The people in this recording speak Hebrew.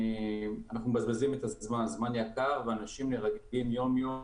אנחנו מבזבזים זמן יקר ואנשים נהרגים יום-יום,